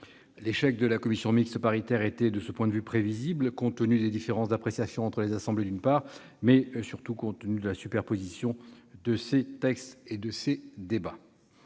l'échec de la commission mixte paritaire était prévisible, compte tenu des différences d'appréciation entre les assemblées, mais surtout de la superposition de ces textes et de ces débats.